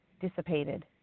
dissipated